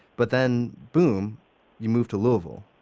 but then boom you move to louisville,